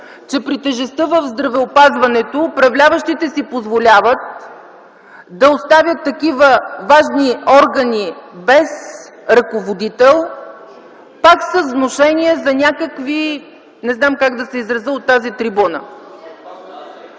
при тежестта в здравеопазването управляващите си позволяват да оставят такива важни органи без ръководител пак с внушение за някакви…, не знам как да се изразя от тази трибуна.